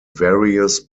various